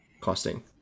costing